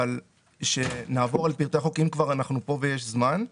אפשר שאם אנחנו כבר כאן ויש זמן,